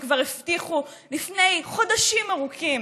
שכבר הובטחו לפני חודשים ארוכים